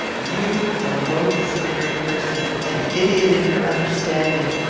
you, who are loathsome in your person, an idiot in your understanding,